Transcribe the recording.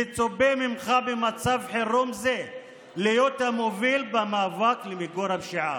מצופה ממך במצב חירום זה להיות המוביל במאבק למיגור הפשיעה.